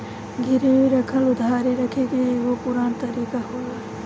गिरवी राखल उधारी रखे के एगो पुरान तरीका होला